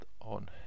on